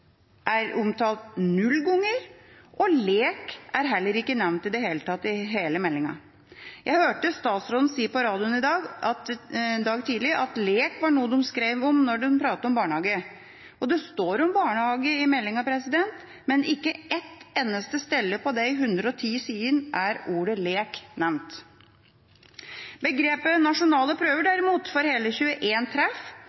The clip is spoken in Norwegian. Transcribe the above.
er omtalt én gang, «kritisk tenkning» er omtalt null ganger, og «lek» er ikke nevnt i det hele tatt i hele meldinga. Jeg hørte statsråden si på radioen i dag tidlig at lek var noe de skrev om når de pratet om barnehage. Det står om barnehage i meldinga, men ikke ett eneste sted på de 110 sidene er ordet «lek» nevnt. Begrepet «nasjonale prøver»,